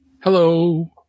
Hello